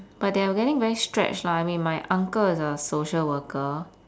but they are really very stretched lah I mean my uncle is a social worker